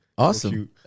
Awesome